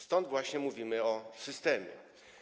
Stąd właśnie mówimy o systemie.